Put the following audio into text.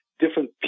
Different